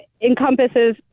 encompasses